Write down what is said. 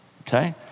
okay